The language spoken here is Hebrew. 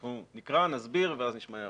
קרא, נסביר ואז נשמע הערות.